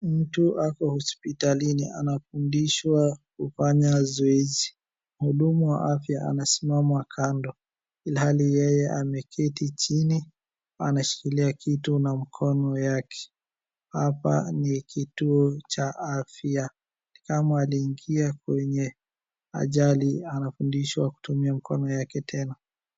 mtu ako hospitalini anafundishwa kufanya zoezi mhudumu wa afya amesimama kando ilhali yeye ameketi chini anashikilia kitu na mkono yake hapa ni kituo cha afya ni kama aliingia kwenye ajali anafundishwa kutumia mkono yake tena